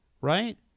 right